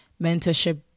mentorship